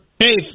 Hey